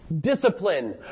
discipline